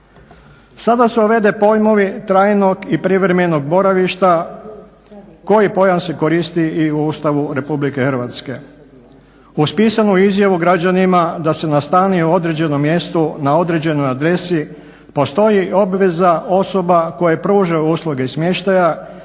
Sada se uvode pojmovi trajnog i privremenog boravišta, koji pojam se koristi i u Ustavu Republike Hrvatske. Uz pisanu izjavu građanima da se nastanio na određenom mjestu, na određenoj adresi postoji obveza osoba koje pružaju usluge smještaja